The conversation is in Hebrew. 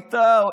ווליד טאהא,